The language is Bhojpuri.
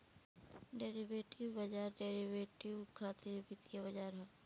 डेरिवेटिव बाजार डेरिवेटिव खातिर वित्तीय बाजार ह